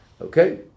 Okay